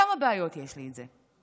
כמה בעיות יש לי עם זה.